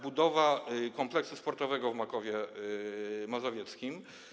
Budowa kompleksu sportowego w Makowie Mazowieckim.